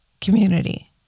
community